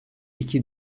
iki